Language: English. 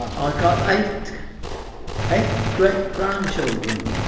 i've got eight eight great grandchildren.